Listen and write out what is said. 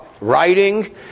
writing